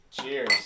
Cheers